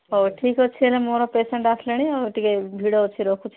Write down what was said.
ହଉ ଠିକ୍ ଅଛି ହେଣେ ମୋର ପେସେଣ୍ଟ୍ ଆସିଲେଣି ଆଉ ଟିକେ ଭିଡ଼ ଅଛି ରଖୁଛି